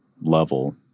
level